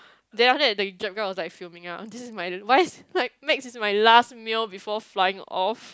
then after that the jap girl was like fuming ah this is my why is like Macs is my last meal before flying off